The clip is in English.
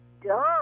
dumb